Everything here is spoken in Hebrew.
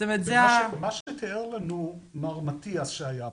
מה שתיאר לנו מר מטיאס שהיה פה,